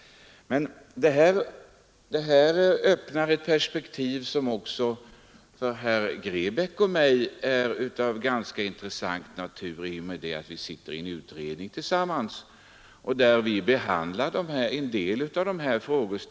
Men det här öppnar också ett perspektiv som för herr Grebäck och mig är av ganska intressant natur, därför att vi sitter i en utredning där det behandlas en del av dessa frågor.